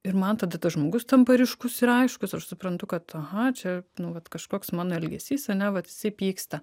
ir man tada tas žmogus tampa ryškus ir aiškus aš suprantu kad aha čia nu vat kažkoks mano elgesys ane vat jisai pyksta